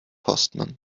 postman